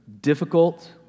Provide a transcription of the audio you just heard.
difficult